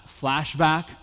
flashback